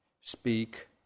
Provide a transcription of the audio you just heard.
speak